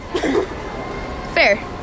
Fair